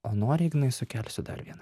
o nori ignai sukelsiu dar vieną